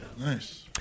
Nice